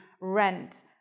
rent